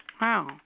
Wow